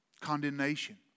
condemnation